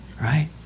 right